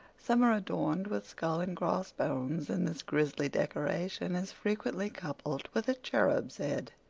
some are adorned with skull and cross-bones, and this grizzly decoration is frequently coupled with a cherub's head.